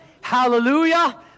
hallelujah